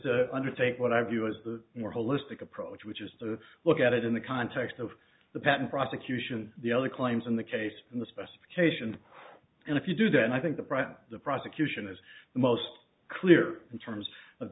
the undertake what i view as the more holistic approach which is to look at it in the context of the patent prosecution the other claims in the case in the specification and if you do that i think the price the prosecution has the most clear in terms of